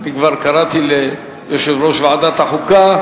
אם כבר קראתי ליושב-ראש ועדת החוקה,